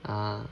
ah